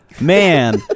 man